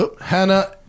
Hannah